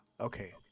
Okay